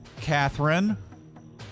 Catherine